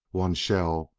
one shell!